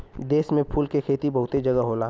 देश में फूल के खेती बहुते जगह होला